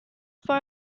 for